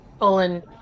Olin